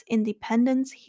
Independence